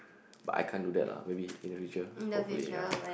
but I can't do that lah maybe in the future hopefully yeah